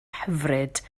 hyfryd